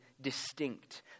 distinct